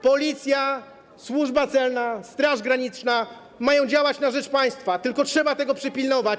Policja, służba celna, Straż Graniczna mają działać na rzecz państwa, tylko trzeba tego przypilnować.